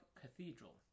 Cathedral